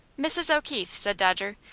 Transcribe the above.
mrs. o'keefe, said dodger,